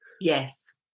yes